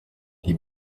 die